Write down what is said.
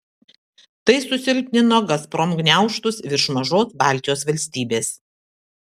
tai susilpnino gazprom gniaužtus virš mažos baltijos valstybės